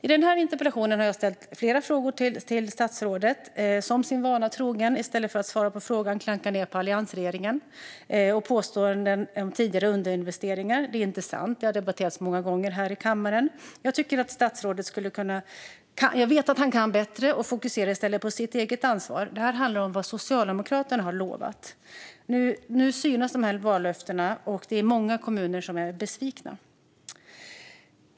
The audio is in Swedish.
I den här interpellationen har jag ställt flera frågor till statsrådet, som sin vana trogen i stället för att svara på frågorna klankar ned på alliansregeringen med påståenden om tidigare underinvesteringar. Det är inte sant. Det har debatterats många gånger här i kammaren. Jag vet att statsrådet kan bättre, och jag tycker att han i stället borde fokusera på sitt eget ansvar. Det här handlar om vad Socialdemokraterna har lovat. Nu synas vallöftena, och det är många kommuner som är besvikna.